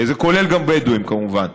זה כולל גם בדואים, כמובן.